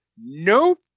nope